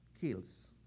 kills